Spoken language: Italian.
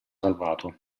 salvato